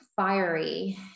fiery